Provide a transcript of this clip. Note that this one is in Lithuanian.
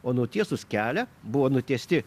o nutiesus kelią buvo nutiesti